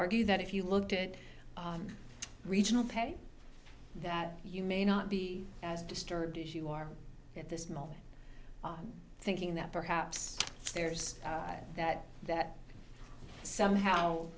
argue that if you looked at regional pay that you may not be as disturbed as you are at this moment thinking that perhaps there's that that somehow